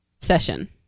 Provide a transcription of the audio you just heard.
session